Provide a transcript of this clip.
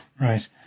Right